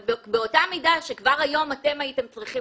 אבל באותה מידה שכבר היום אתם הייתם צריכים